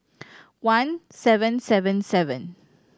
one seven seven seven